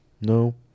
No